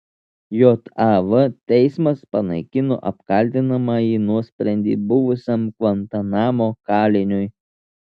jav teismas panaikino apkaltinamąjį nuosprendį buvusiam gvantanamo kaliniui